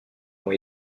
ont